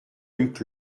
luc